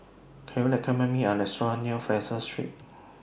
Can YOU recommend Me A Restaurant near Fraser Street